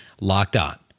LOCKEDON